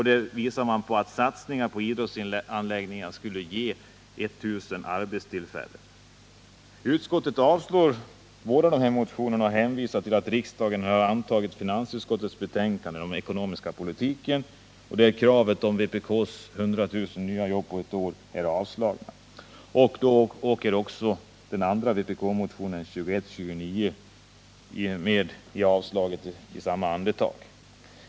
Där visar man på att satsningar på idrottsanläggningar skulle ge 1000 arbetstillfällen. Utskottet avstyrker båda dessa motioner och hänvisar till att riksdagen har antagit finansutskottets betänkande om den ekonomiska politiken och att vpk-kravet om 100 000 nya jobb på ett år därmed avslagits. Den andra vpk-motionen, 2129, åker då med i samma andetag.